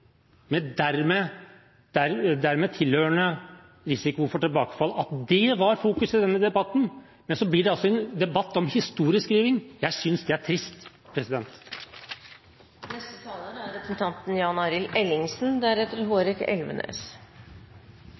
tilhørende risiko for tilbakefall. Jeg trodde det skulle være innholdet i denne debatten, men så blir det altså en debatt om historieskriving. Jeg synes det er trist.